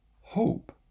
hope